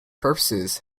purposes